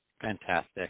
Fantastic